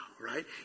right